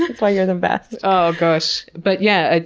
that's why you're the best! oh gosh. but yeah,